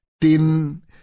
Tin